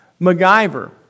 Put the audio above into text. MacGyver